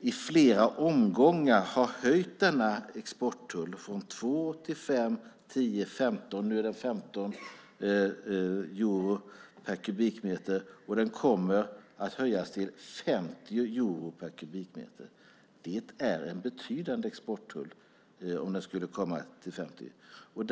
i flera omgångar har höjt denna exporttull - från 2 euro till 5 euro och sedan till 10 euro och nu till 15 euro per kubikmeter, och den kommer att höjas till 50 euro per kubikmeter. Det är en betydande exporttull om den skulle höjas till 50 euro.